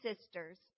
sisters